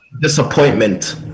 disappointment